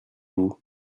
vous